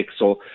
pixel